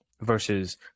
versus